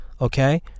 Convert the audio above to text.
okay